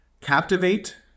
captivate